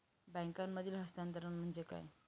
बँकांमधील हस्तांतरण म्हणजे काय?